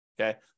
Okay